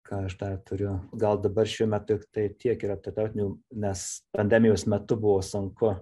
ką aš dar turiu gal dabar šiuo metu tiktai tiek yra tarptautinių nes pandemijos metu buvo sunku